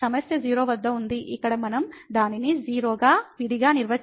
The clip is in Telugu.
సమస్య 0 వద్ద ఉంది ఇక్కడ మనం దానిని 0 గా విడిగా నిర్వచించాలి